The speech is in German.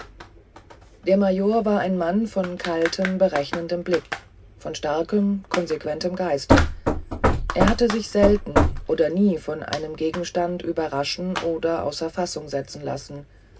der major war ein mann von kaltem berechnendem blick von starkem konsequentem geiste er hatte sich selten oder nie von einem gegenstand überraschen oder außer fassung setzen lassen